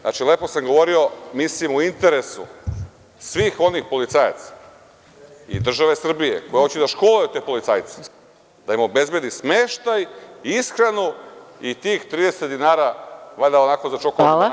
Znači, lepo sam govorio, mislim u interesu svih onih policajaca i države Srbije, koja hoće da školuje te policajce, da im obezbedi smeštaj, ishranu i tih 30 dinara, valjda, onako za čokoladnu bananicu…